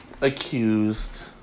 accused